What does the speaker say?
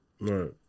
Right